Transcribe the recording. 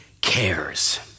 cares